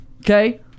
Okay